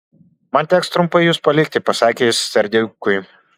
man teks trumpai jus palikti pasakė jis serdiukui